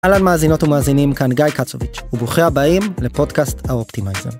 אהלן מאזינות ומאזינים כאן גיא קצוביץ' וברוכים הבאים לפודקאסט האופטימייזר.